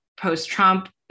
post-Trump